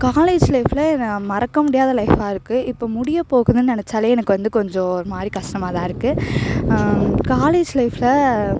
college லைஃப்பில் நான் மறக்கமுடியாத லைஃபாயிருக்கு இப்போது முடியப்போகுதுன்னு நெனைச்சாலே எனக்கு வந்து கொஞ்சம் ஒருமாதிரி கஷ்டமாக தான் இருக்குது காலேஜ் லைஃப்பில்